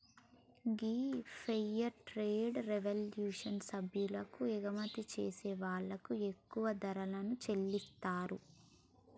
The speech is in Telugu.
గీ ఫెయిర్ ట్రేడ్ రెవల్యూషన్ సభ్యులు ఎగుమతి చేసే వాళ్ళకి ఎక్కువ ధరలను చెల్లితారు